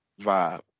vibe